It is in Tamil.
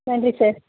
நன்றி சார்